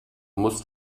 musst